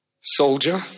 Soldier